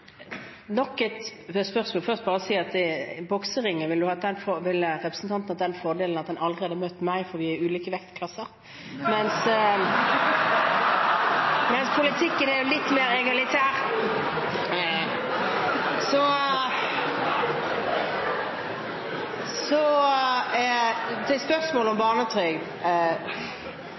først bare si at i bokseringen ville representanten hatt den fordelen at han aldri hadde møtt meg, for vi er i ulike vektklasser, mens politikken jo er litt mer egalitær. Så til spørsmålet om barnetrygd.